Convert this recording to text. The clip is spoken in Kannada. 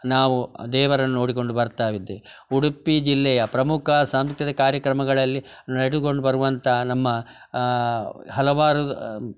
ನಾವು ದೇವರನ್ನ ನೋಡಿಕೊಂಡು ಬರ್ತಾವಿದ್ದೆ ಉಡುಪಿ ಜಿಲ್ಲೆಯ ಪ್ರಮುಖ ಸಾಂಸ್ಕೃತಿಕ ಕಾರ್ಯಕ್ರಮಗಳಲ್ಲಿ ಬರುವಂಥ ನಮ್ಮ ಹಲವಾರು